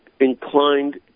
inclined